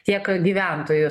tiek gyventojų